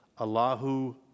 Allahu